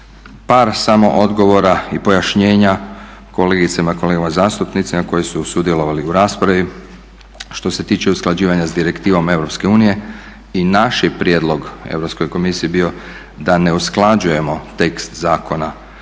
Par samo odgovora i pojašnjenja kolegicama i kolegama zastupnicima koji su sudjelovali u raspravi. Što se tiče usklađivanja s direktivom Europske unije i naš je prijedlog Europskoj komisiji bio da ne usklađujemo tekst Zakona